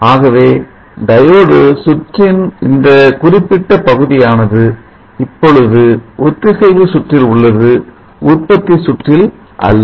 ஆகவே டயோடு சுற்றின் இந்த குறிப்பிட்ட பகுதியானது இப்பொழுது ஒத்திசைவு சுற்றில் உள்ளது உற்பத்தி சுற்றில் அல்ல